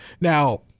Now